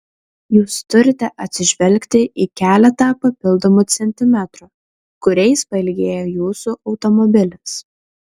jūs turite atsižvelgti į keletą papildomų centimetrų kuriais pailgėja jūsų automobilis